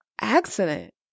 accident